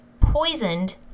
poisoned